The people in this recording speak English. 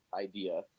idea